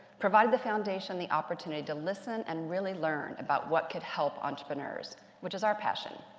provided the foundation the opportunity to listen and really learn about what could help entrepreneurs, which is our passion.